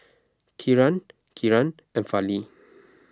Kiran Kiran and Fali